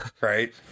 right